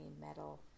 metal